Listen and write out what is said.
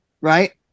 Right